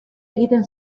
egiten